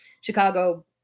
Chicago